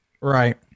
Right